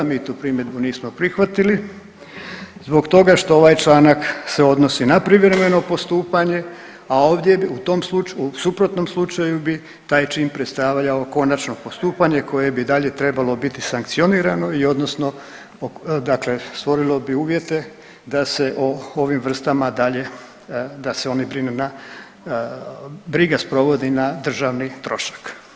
Mi tu primjedbu nismo prihvatili zbog toga što ovaj članak se odnosi na privremeno postupanje, a ovdje u tom slučaju, u suprotnom slučaju bi taj čin predstavljao konačno postupanje koje bi dalje trebalo biti sankcionirano i odnosno dakle stvorilo bi uvjete da se o ovim vrstama dalje, da se oni brinu, briga sprovodi na državni trošak.